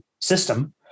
system